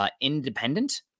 independent